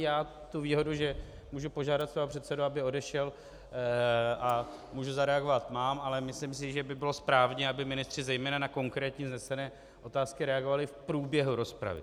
Já tu výhodu, že můžu požádat svého předsedu, aby odešel, a můžu zareagovat, mám, ale myslím si, že by bylo správně, aby ministři zejména na konkrétně vznesené otázky reagovali v průběhu rozpravy.